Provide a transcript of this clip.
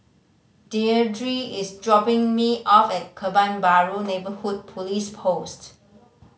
Deirdre is dropping me off at Kebun Baru Neighbourhood Police Post